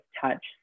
touch